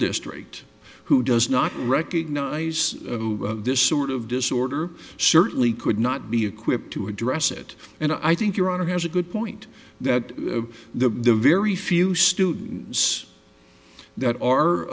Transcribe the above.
district who does not recognize this sort of disorder certainly could not be equipped to address it and i think your honor has a good point that the the very few students that are